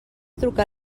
trucar